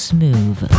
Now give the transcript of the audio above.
Smooth